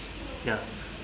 ya